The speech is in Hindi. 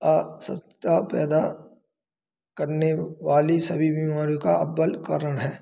आवश्यकता पैदा करने वाली सभी बीमारियों का अब्बल कारण हैं